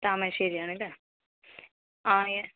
താമരശ്ശേരി ആണ് ല്ലേ ആ യെസ്